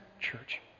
church